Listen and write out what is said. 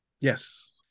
Yes